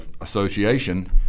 association